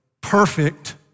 perfect